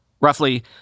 roughly